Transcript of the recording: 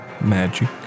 Magic